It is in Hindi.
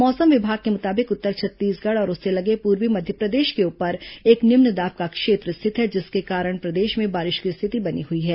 मौसम विभाग के मुताबिक उत्तर छत्तीसगढ़ और उससे लगे पूर्वी मध्यप्रदेश के ऊपर एक निम्न दाब का क्षेत्र स्थित है जिसके कारण प्रदेश में बारिश की स्थिति बनी हुई है